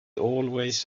always